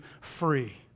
free